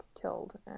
killed